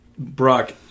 Brock